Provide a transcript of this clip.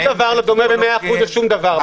שום דבר לא דומה ב-100% לשום דבר.